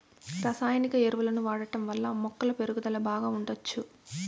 రసాయనిక ఎరువులను వాడటం వల్ల మొక్కల పెరుగుదల బాగా ఉండచ్చు